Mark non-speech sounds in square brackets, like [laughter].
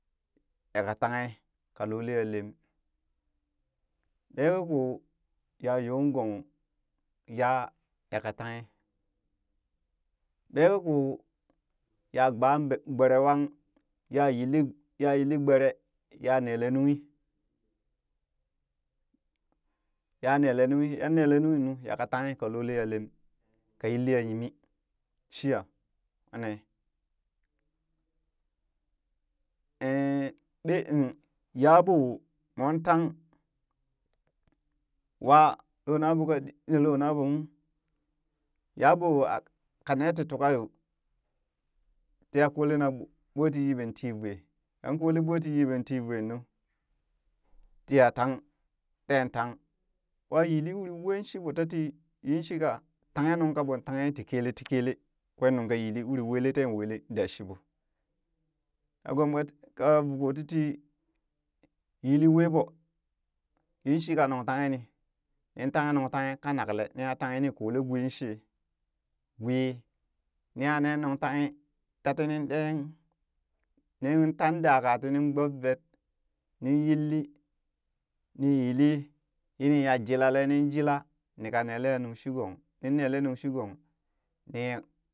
Nika tanghe ka loolee ya lem ɓee ka koo ya yon gong yaa yaka tanghi ɓeekakoo ya gbaa gb- gbere wank ya yilli ya yillim gbere ya neele nunghi ya nele nunghi yan neeleenughi nu ya ka tanghe ka loo lee ya lem ka yillia yimi shiya [hesitation] yaboo moon tang waan loona ɓoo ka ɗi lo naɓo ung yaɓoo kane ti tuka yoo tiya a kulee na ɓweti yeɓee ti voe yan kooleee ɓweti yeɓee tii veenuu tiya tang ten tang wa yilli wuri wee shiɓoo tatii yin shika tanghenun kaɓoon tanghe tii kelee ti kelee, kwee nungka yili uri welee ten wele da shiɓoo, daa gomt kaa vuu koo titi yili wee ɓoo yin shika nung tanghe nii nin tanghe nung tanghe ka naklee niha tanghe ni koolee gwii shee gwii niha nee nungtanghe tan tinin ɗee nin tan daka tinin gbobvet ni yilli ni yilli ni ya jilale nii jila nika nele ya nungshiigong nin nelee nungshigong nii